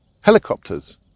helicopters